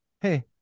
hey